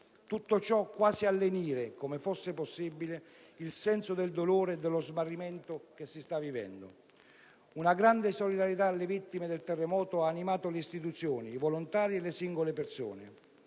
tutto ciò, quasi a lenire - come fosse possibile - il senso del dolore o dello smarrimento che si sta vivendo. Una grande solidarietà alle vittime del terremoto ha animato le istituzioni, i volontari e le singole persone.